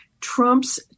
Trump's